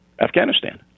Afghanistan